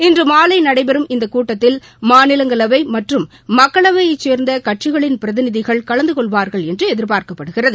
இன்று மாலை நடைபெறும் இந்த கூட்டத்தில் மாநிலங்களவை மற்றும் மக்களவையைச் சேர்ந்த கட்சிகளின் பிரதிநிதிகள் கலந்து கொள்வார்கள் என்று எதிர்பார்க்கப்படுகிறது